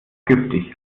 giftig